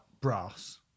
brass